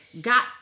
got